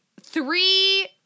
three